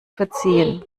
verziehen